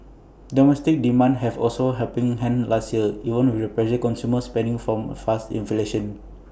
domestic demand have also helping hand last year even with the pressure consumer spending from faster inflation